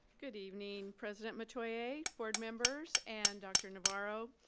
good evening president metoyer, board members, and dr. navarro,